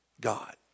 God